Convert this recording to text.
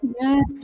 Yes